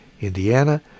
Indiana